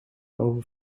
over